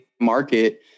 market